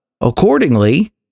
Accordingly